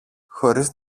χωρίς